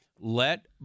let